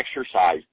exercise